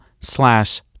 slash